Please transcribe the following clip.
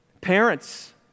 Parents